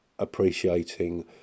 appreciating